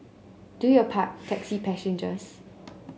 do your part taxi passengers